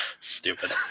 Stupid